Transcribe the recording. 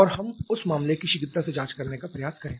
और हम उस मामले की शीघ्रता से जाँच करने का प्रयास करें